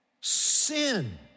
Sin